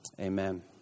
Amen